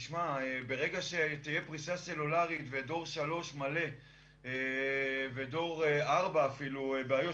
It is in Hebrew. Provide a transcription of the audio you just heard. ברגע שתהיה פריסה סלולרית ודור 3 מלא ודור 4 אפילו באיו"ש,